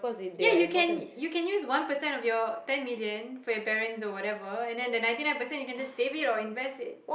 ya you can you can use one percent of your ten million for your parents or whatever and then that ninety nine percent you can just save it or invest it